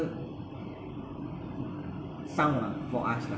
sound lah for us lah